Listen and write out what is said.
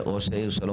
ראש העיר, שלום